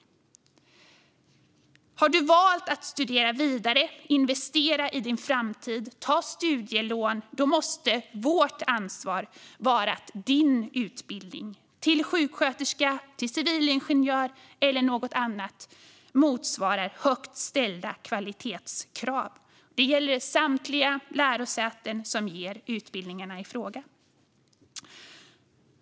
Har du valt att studera vidare, investera i din framtid och ta studielån måste vårt ansvar vara att din utbildning till sjuksköterska, civilingenjör eller något annat motsvarar högt ställda kvalitetskrav. Det gäller samtliga lärosäten som ger utbildningarna i fråga.